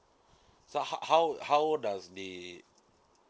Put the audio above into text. so how how how does the